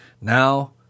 Now